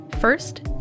First